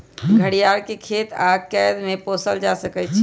घरियार के खेत आऽ कैद में पोसल जा सकइ छइ